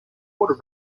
water